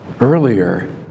earlier